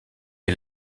est